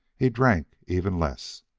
he drank even less.